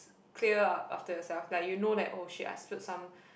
clear up after yourself like you know that oh !shit! I spilled some